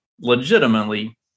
legitimately